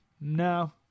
No